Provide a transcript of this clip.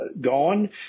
gone